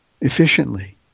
efficiently